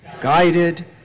guided